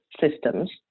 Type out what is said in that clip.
systems